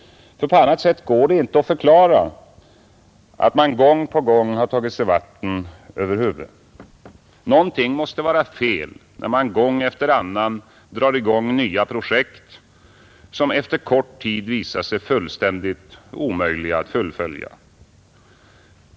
På annat sätt går det inte att förklara att man gång på gång har tagit sig vatten över huvudet. Någonting måste vara fel, när man gång efter annan drar i gång nya projekt som efter kort tid visar sig fullständigt omöjliga att fullfölja.